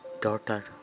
daughter